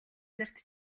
нарт